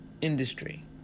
industry